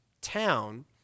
town